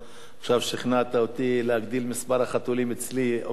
עכשיו שכנעת אותי להגדיל את מספר החתולים אצלי בעוד אחד.